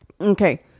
Okay